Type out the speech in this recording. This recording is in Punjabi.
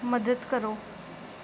ਮਦਦ ਕਰੋ